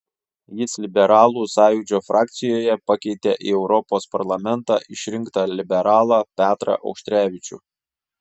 jis liberalų sąjūdžio frakcijoje pakeitė į europos parlamentą išrinktą liberalą petrą auštrevičių